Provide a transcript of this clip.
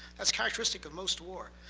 that's characteristic of most war.